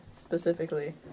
specifically